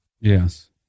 Yes